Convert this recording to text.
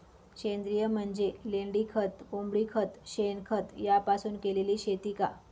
सेंद्रिय म्हणजे लेंडीखत, कोंबडीखत, शेणखत यापासून केलेली शेती का?